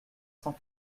cent